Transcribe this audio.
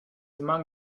among